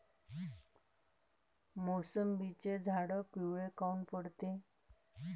मोसंबीचे झाडं पिवळे काऊन पडते?